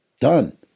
Done